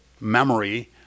memory